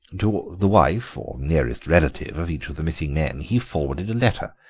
to the wife or nearest relative of each of the missing men he forwarded a letter,